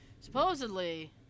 Supposedly